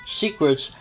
secrets